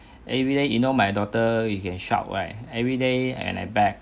everyday you know my daughter you can shout right everyday when I back